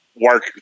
work